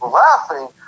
laughing